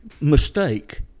Mistake